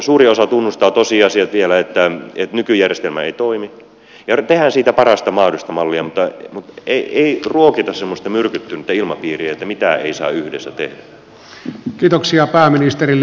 suuri osa tunnustaa vielä tosiasiat että nykyjärjestelmä ei toimi ja tehdään siitä parasta mahdollista mallia mutta ei ruokita semmoista myrkytty nyttä ilmapiiriä että mitään ei saa yhdessä tehdä